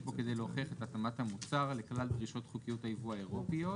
בו כדי להוכיח את התאמת המוצר לכלל דרישות חוקיות היבוא האירופיות.